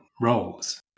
roles